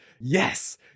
yes